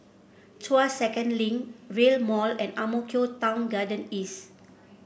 Tuas Second Link Rail Mall and Ang Mo Kio Town Garden East